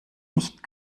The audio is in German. nicht